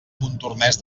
montornès